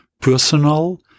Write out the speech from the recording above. personal